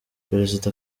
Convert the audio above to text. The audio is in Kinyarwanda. perezida